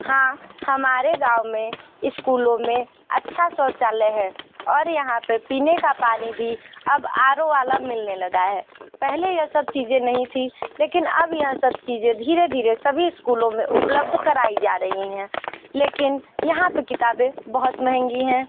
हाँ हमारे गाँव में स्कूलों में अच्छा शौचालय है और यहाँ पर पीने का पानी भी अब आर ओ वाला मिलने लगा है पहले यह सब चीज़ें नहीं थी लेकिन अब यह सब चीज़ धीरे धीरे सभी स्कूलों में उपलब्ध कराई जा रही हैं लेकिन यहाँ पर किताबें बहुत महंगी हैं